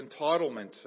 entitlement